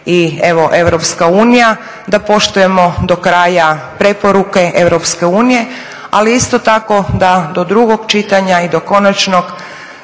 i evo Europska unija da poštujemo do kraja preporuke Europske unije ali isto tako da do drugog čitanja i do konačnog